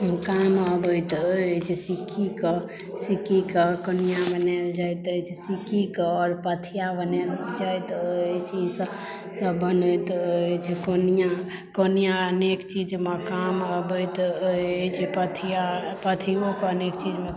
काम अबैत अछि सिक्कीके सिक्कीके कोनिया बनाइल जाइत अछि सिक्कीके आओर पथिया बनाइल जाइत अछि ईसभ सभ बनैत अछि कोनिया कोनिया अनेक चीजमे काम अबैत अछि पथिया पथियोके अनेक चीजमे